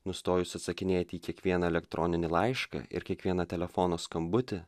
nustojus atsakinėti į kiekvieną elektroninį laišką ir kiekvieną telefono skambutį